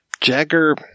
Jagger